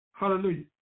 Hallelujah